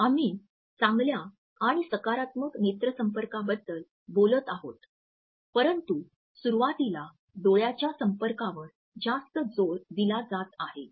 आम्ही चांगल्या आणि सकारात्मक नेत्र संपर्काबद्दल बोलत आहोत परंतु सुरुवातीला डोळ्याच्या संपर्कावर जास्त जोर दिला जात आहे